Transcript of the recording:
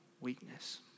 weakness